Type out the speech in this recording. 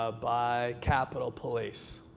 ah by capital police,